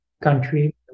country